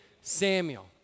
Samuel